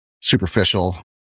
superficial